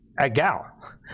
Agal